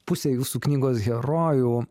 pusė jūsų knygos herojų